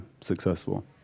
successful